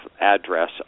address